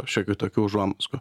šiokių tokių užuomazgų